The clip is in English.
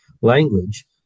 language